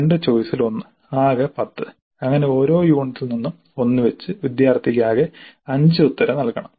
2 ചോയിസിൽ 1 ആകെ 10 അങ്ങനെ ഓരോ യൂണിറ്റിൽ നിന്നും 1 വച്ച് വിദ്യാർത്ഥിക്ക് ആകെ 5 ഉത്തരം നൽകണം